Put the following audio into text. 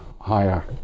higher